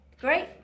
Great